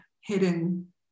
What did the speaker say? hidden